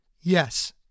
Yes